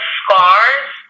scars